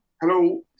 Hello